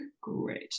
great